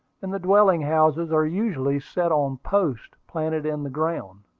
and the dwelling-houses are usually set on posts planted in the ground.